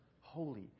holy